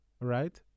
Right